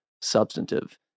substantive